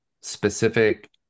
specific